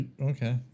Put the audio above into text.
Okay